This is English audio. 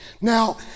Now